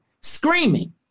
screaming